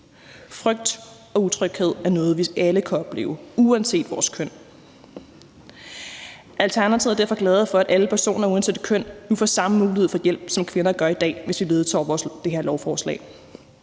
Frygt og utryghed er noget, vi alle kan opleve – uanset vores køn. Alternativet er derfor glade for, at alle personer uanset køn nu får samme mulighed for hjælp, som kvinder har i dag, hvis vi vedtager det her lovforslag.